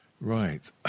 right